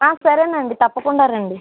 సరేనండి తప్పకుండా రండి